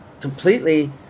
completely